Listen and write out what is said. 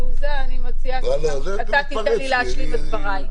אני מציעה שאתה תיתן לי להשלים את דבריי.